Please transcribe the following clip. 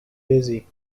dizzy